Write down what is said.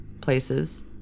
places